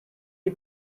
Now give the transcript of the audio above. die